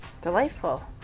Delightful